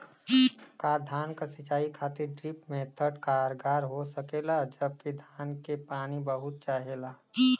का धान क सिंचाई खातिर ड्रिप मेथड कारगर हो सकेला जबकि धान के पानी बहुत चाहेला?